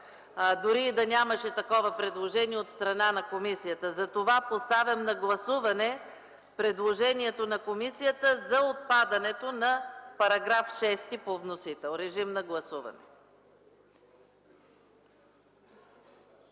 дори и да нямаше такова предложение от страна на комисията. Затова поставям на гласуване предложението на комисията за отпадането на § 6 по вносител. (Реплика от народния